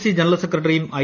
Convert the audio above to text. C general സെക്രട്ടറിയും I